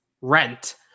Rent